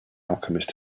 alchemist